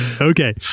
Okay